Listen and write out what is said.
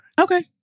Okay